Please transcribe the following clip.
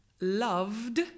loved